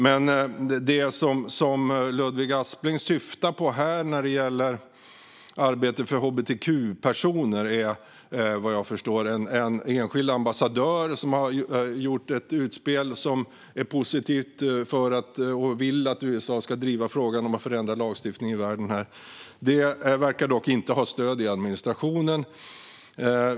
Det Ludvig Aspling syftar på när det gäller arbete för hbtq-personer är vad jag förstår en enskild ambassadör som har gjort ett positivt utspel och vill att USA ska driva frågan om att förändra lagstiftningen i världen. Det verkar dock inte ha stöd i administrationen.